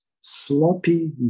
sloppy